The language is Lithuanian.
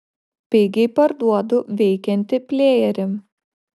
pigiai parduodu veikiantį plejerį